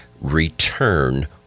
return